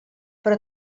però